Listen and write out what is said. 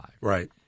Right